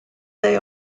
they